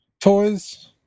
Toys